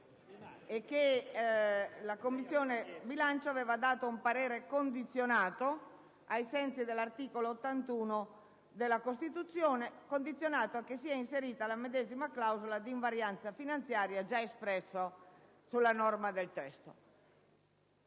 la Commissione bilancio aveva dato parere condizionato, ai sensi dell'articolo 81 della Costituzione, a che fosse inserita la medesima clausola d'invarianza finanziaria già espressa sulla norma del testo.